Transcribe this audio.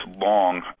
long